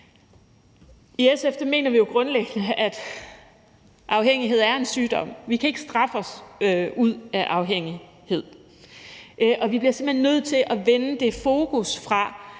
I SF mener vi jo grundlæggende, at afhængighed er en sygdom. Vi kan ikke straffe os ud af afhængighed. Vi bliver simpelt hen nødt til at flytte fokus væk